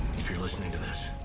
if you're listening to this,